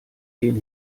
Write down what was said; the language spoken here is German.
den